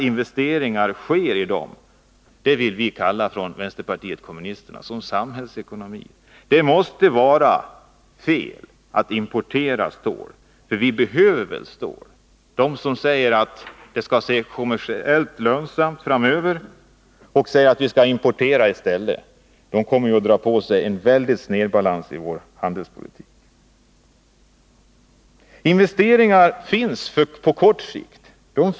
Investeringar måste ske i dessa basnäringar. Det vill vi inom vänsterpartiet kommunisterna kalla samhällsekonomi. Det måste vara fel att importera stål, eftersom vi väl ändå behöver stål. De som säger att det framöver skall vara kommersiellt lönsamt och menar att vi skall importera kommer att verka för en väldig snedbalans i vår handelspolitik. Investeringar görs på kort sikt.